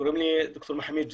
קוראים לי ד"ר מחאמיד ג'מאל,